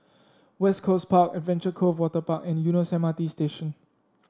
West Coast Park Adventure Cove Waterpark and Eunos M R T Station